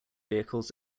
vehicles